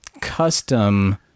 custom